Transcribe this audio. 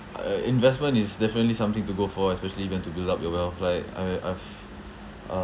uh investment is definitely something to go for especially if you want to build up your wealth like I I've uh